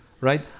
right